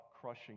crushing